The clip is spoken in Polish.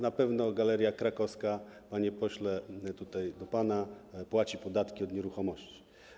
Na pewno Galeria Krakowska, panie pośle, to do pana, płaci podatki od nieruchomości.